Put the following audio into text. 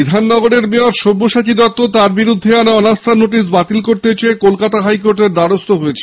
বিধাননগরের mayor Sabyasachi Dutta তাঁর বিরুদ্ধে আনা অনাস্থার নোটিশ বাতিল করতে চেয়ে কলকাতা হাইকোর্টের দ্বারস্থ হয়েছেন